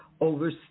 over